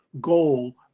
goal